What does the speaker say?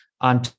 on